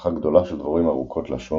משפחה גדולה של דבורים ארוכות-לשון,